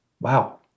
Wow